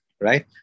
Right